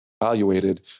evaluated